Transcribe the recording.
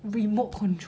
remote control